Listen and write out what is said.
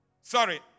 Sorry